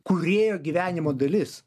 kūrėjo gyvenimo dalis